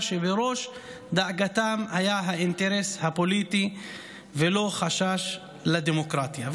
שבראש דאגתם היה האינטרס הפוליטי ולא חשש לדמוקרטיה".